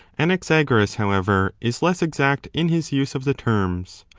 anaxagoras however, is less exact in his use of the terms.